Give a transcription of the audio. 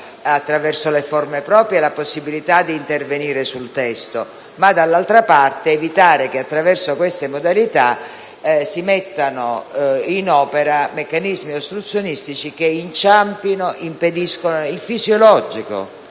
attraverso le forme proprie, la possibilità di intervenire sul testo evitando, dall'altra parte, che attraverso queste modalità si mettano in opera meccanismi ostruzionistici che impediscano il fisiologico